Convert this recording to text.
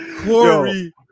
Corey